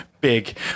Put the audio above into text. big